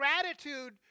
gratitude